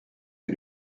que